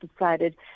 decided